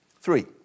Three